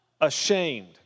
ashamed